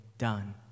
done